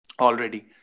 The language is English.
already